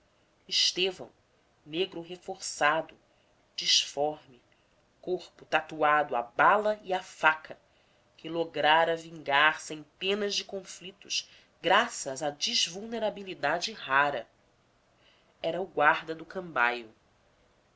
estêvão negro reforçado disforme corpo tatuado a bala e a faca que lograra vingar centenas de conflitos graças à disvulnerabilidade rara era o guarda do cambaio